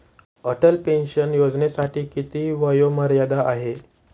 Atal pension योजनेसाठी किती वयोमर्यादा आहे?